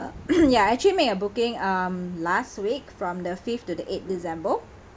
ya I actually made a booking um last week from the fifth to the eighth december